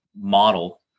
model